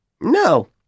No